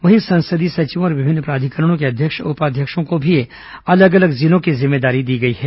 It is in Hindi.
वहीं संसदीय सचिवों और विभिन्न प्राधिकरणों के अध्यक्ष और उपाध्यक्षों को भी अलग अलग जिलों की जिम्मेदारी दी गई है